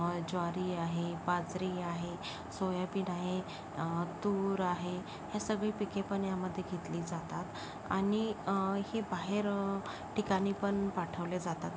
ज्वारी आहे बाजरी आहे सोयाबीन आहे तूर आहे ह्या सगळी पिके पण ह्यामध्ये घेतली जातात आणि हे बाहेर ठिकाणीपण पाठवल्या जातात